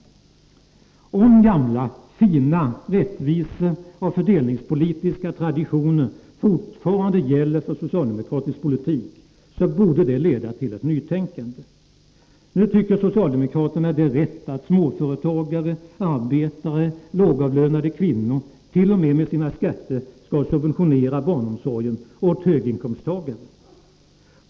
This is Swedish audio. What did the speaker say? Om gamla fina rättviseoch fördelningspolitiska traditioner fortfarande gäller för socialdemokratisk politik, bör det leda till ett nytänkande. Nu tycker socialdemokraterna att det är rätt att småföretagare, arbetare och lågavlönade kvinnor t.o.m. med sina skatter skall subventionera barnomsorgen åt höginkomsttagare.